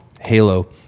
Halo